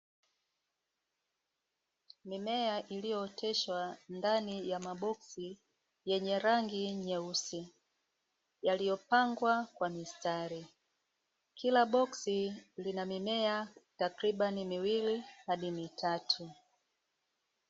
Mimea ilioteshwa ndani ya maboksi yenye rangi nyeusi, yaliyopangwa kwa mistari, kila boksi lina mimea takribani miwili hadi mitatu.